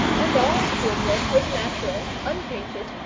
and all the woodwork was natural, unpainted,